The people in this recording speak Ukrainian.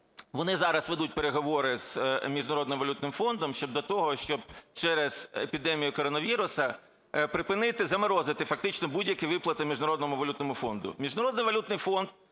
вони зараз ведуть переговори з Міжнародним валютним фондом щодо того, щоб через епідемію коронавірусу припинити, заморозити фактично будь-які виплати Міжнародному валютному фонду.